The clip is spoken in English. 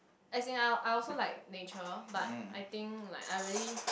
as in I I also like nature but I think like I really